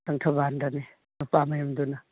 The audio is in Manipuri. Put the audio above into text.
ꯂꯪꯊꯕꯥꯜꯗꯅꯤ ꯅꯨꯄꯥ ꯃꯌꯨꯝꯗꯨꯅ